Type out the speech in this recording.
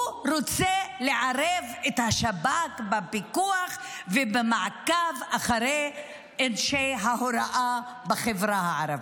הוא רוצה לערב את השב"כ בפיקוח ובמעקב אחרי אנשי ההוראה בחברה הערבית.